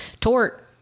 tort